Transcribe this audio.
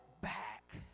back